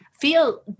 feel